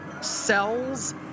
sells